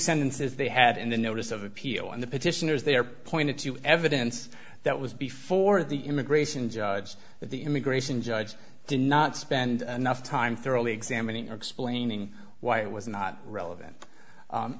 sentences they had in the notice of appeal and the petitioners there pointed to evidence that was before the immigration judge that the immigration judge did not spend enough time thoroughly examining or explaining why it was not relevant